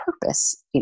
purpose